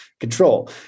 control